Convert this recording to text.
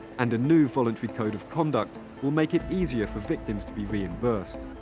and a new voluntary code of conduct will make it easier for victims to be reimbursed.